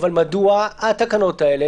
אולי ההתקדמות תהיה של צעד גדול מאוד,